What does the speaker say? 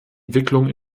entwicklung